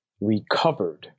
recovered